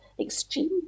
extreme